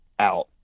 out